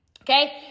Okay